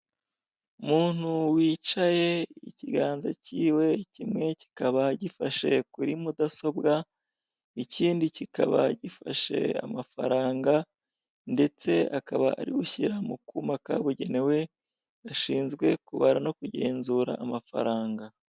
Umuntu wicaye, ikiganza cy'iwe kimwe kikaba gifashe kuri mudasobwa, ikindi kikaba gifashe amafaranga ndetse akaba ari gushyira mu kubaka ubugenewe gashinzwe kubara no kugenzura amafaranga.